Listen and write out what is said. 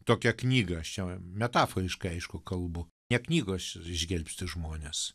tokią knygą aš čia metaforiškai aišku kalbu ne knygos čia išgelbsti žmones